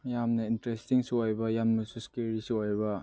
ꯌꯥꯝꯅ ꯏꯟꯇꯔꯔꯦꯁꯇꯤꯡꯁꯨ ꯑꯣꯏꯕ ꯌꯥꯝꯅꯁꯨ ꯏꯁꯀꯦꯔꯤꯁꯨ ꯑꯣꯏꯕ